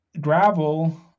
gravel